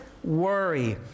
Worry